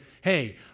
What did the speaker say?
hey